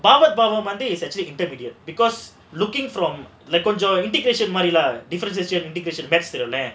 வந்து:vandhu monday is actually integrity because looking from கொஞ்சம்:konjam integration differentiation mathematics leh தானே:thaanae